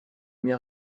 miens